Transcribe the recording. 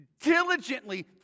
diligently